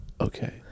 Okay